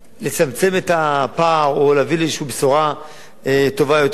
לצמצם את הפער או להביא לאיזו בשורה טובה יותר.